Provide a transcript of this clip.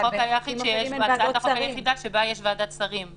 הצעת החוק היחידה שבה יש ועדת שרים.